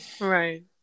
Right